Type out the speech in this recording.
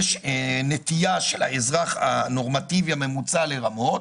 נטייה של האזרח הנורמטיבי הממוצע לרמות